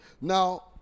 Now